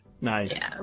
Nice